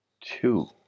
two